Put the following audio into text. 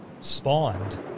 spawned